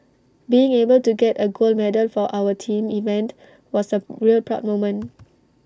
being able to get A gold medal for our team event was A really proud moment